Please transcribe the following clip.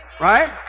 right